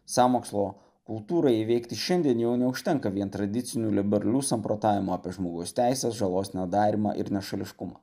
sąmokslo kultūrai įveikti šiandien jau neužtenka vien tradicinių liberalių samprotavimų apie žmogaus teises žalos nedarymą ir nešališkumą